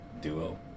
Duo